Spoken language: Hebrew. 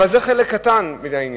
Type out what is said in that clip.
אבל זה חלק קטן מהעניין,